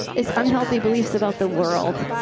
is unhealthy beliefs about the world.